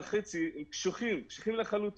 1.5 מיליארד שקל הם קשיחים לחלוטין,